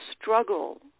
struggle